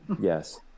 Yes